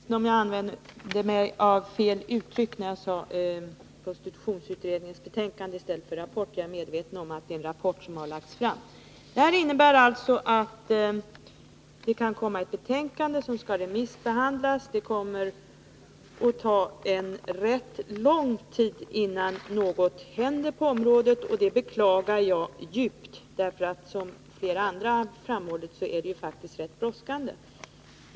Herr talman! Jag är ledsen om jag använde fel uttryck när jag sade prostitutionsutredningens betänkande. Jag är medveten om att det är en rapport som har lagts fram. Det skall alltså komma ett betänkande, som skall remissbehandlas. Det innebär att det kommer att ta rätt lång tid innan något händer på området, och det beklagar jag djupt. Som flera andra talare framhållit, är det faktiskt rätt brådskande.